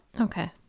Okay